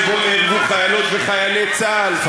שבו נהרגו חיילות וחיילי צה"ל,